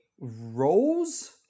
rose